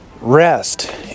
rest